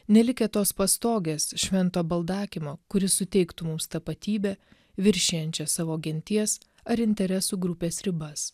nelikę tos pastogės švento baldakimo kuris suteiktų mums tapatybę viršijančią savo genties ar interesų grupės ribas